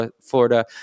Florida